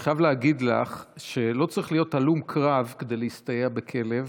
אני חייב להגיד לך שלא צריך להיות הלום קרב כדי להסתייע בכלב.